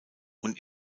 und